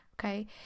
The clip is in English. okay